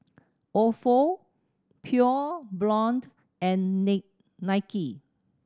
Ofo Pure Blonde and Nike